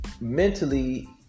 mentally